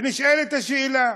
ונשאלת השאלה,